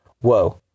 whoa